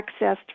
accessed